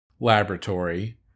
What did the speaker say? laboratory